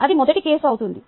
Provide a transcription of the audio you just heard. అది మొదటి కేసు అవుతుంది